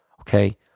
okay